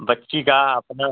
बच्ची का अपना